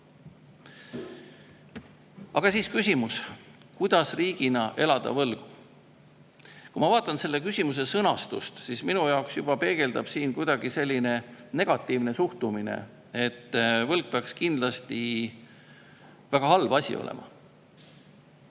Aga nüüd küsimus: kuidas riigina [mitte] elada võlgu? Kui ma vaatan selle küsimuse sõnastust, siis minu jaoks peegeldub siin kuidagi selline negatiivne suhtumine, nagu võlg peaks kindlasti väga halb asi olema.